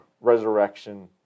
resurrection